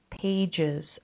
pages